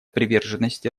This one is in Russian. приверженности